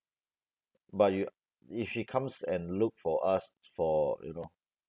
but yo~ if she comes and look for us for you know